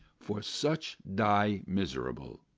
for such die miserable.